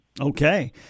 Okay